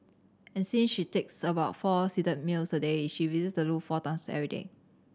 and since she takes about four seated meals a day she visits the loo four times every day